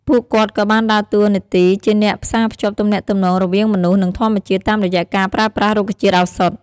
ពួកគាត់ក៏បានដើរតួនាទីជាអ្នកផ្សារភ្ជាប់ទំនាក់ទំនងរវាងមនុស្សនិងធម្មជាតិ តាមរយៈការប្រើប្រាស់រុក្ខជាតិឱសថ។